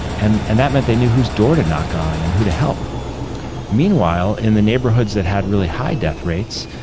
and and that meant they knew whose door to knock on and who to help meanwhile, in the neighborhoods that had really high death rates,